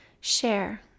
share